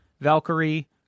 Valkyrie